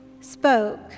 spoke